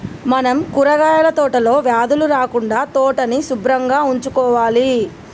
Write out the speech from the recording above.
మనం కూరగాయల తోటలో వ్యాధులు రాకుండా తోటని సుభ్రంగా ఉంచుకోవాలి